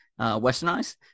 westernized